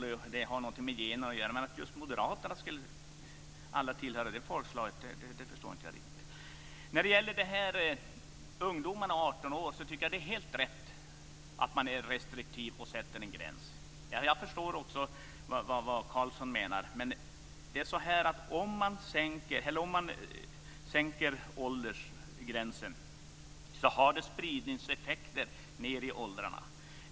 Det skulle ha någonting med generna att göra, men jag förstår inte riktigt att just alla moderater skulle tillhöra ett speciellt folkslag. När det gäller ungdomarna, som är 18 år, tycker jag att det är helt rätt att man är restriktiv och sätter en gräns. Jag förstår vad Carlson menar, men om man sänker åldersgränsen har det spridningseffekter längre ned i åldrarna.